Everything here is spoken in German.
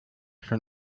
schon